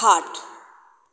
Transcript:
खाट